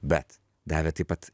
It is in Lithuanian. bet davė taip pat